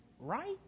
right